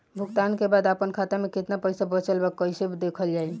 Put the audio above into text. भुगतान के बाद आपन खाता में केतना पैसा बचल ब कइसे देखल जाइ?